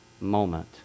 moment